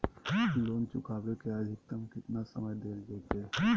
Loan चुकाबे के अधिकतम केतना समय डेल जयते?